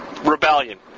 rebellion